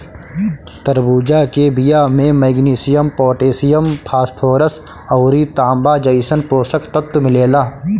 तरबूजा के बिया में मैग्नीशियम, पोटैशियम, फास्फोरस अउरी तांबा जइसन पोषक तत्व मिलेला